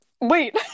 Wait